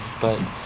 but-